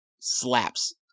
slaps